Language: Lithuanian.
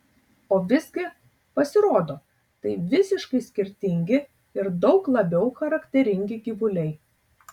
o visgi pasirodo tai visiškai skirtingi ir daug labiau charakteringi gyvuliai